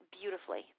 beautifully